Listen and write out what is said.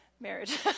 marriage